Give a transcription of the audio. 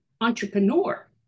entrepreneur